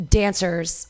dancers